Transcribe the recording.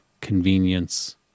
convenience